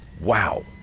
Wow